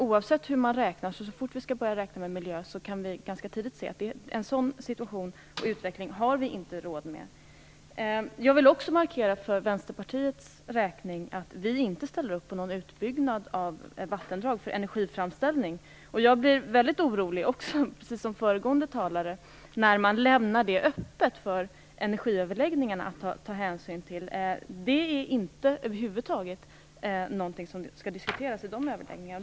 Oavsett hur vi räknar när det gäller miljön kan vi ganska tidigt se att vi inte har råd med en sådan situation och utveckling. Jag vill också markera att vi i Vänsterpartiet inte ställer upp på någon utbyggnad av vattendrag för energiframställning. Jag blir, precis som föregående talare, väldigt orolig när man lämnar frågan öppen. Man tar hänsyn till energiöverläggningarna. Detta är över huvud taget inte någonting som skall diskuteras i de överläggningarna.